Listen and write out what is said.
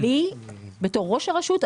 בתור ראש הרשות,